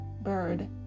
Bird